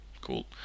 Cool